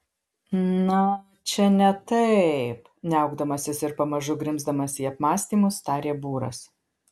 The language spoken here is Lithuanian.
na čia ne taip niaukdamasis ir pamažu grimzdamas į apmąstymus tarė būras